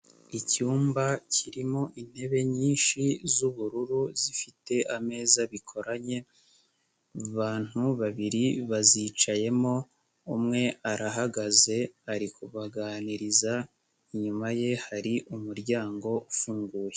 Icyumba kirimo intebe nyinshi z'ubururu zifite ameza bikoranye, abantu babiri bazicayemo, umwe arahagaze ari kubaganiriza, inyuma ye hari umuryango ufunguye.